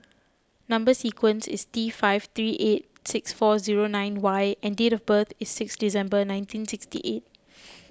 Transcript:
Number Sequence is T five three eight six four zero nine Y and date of birth is six December nineteen sixty eight